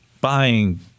buying